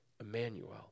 Emmanuel